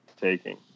taking